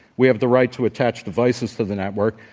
we have the right to attach devices to the network,